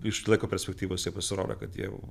iš laiko perspektyvos jie pasirodo kad jau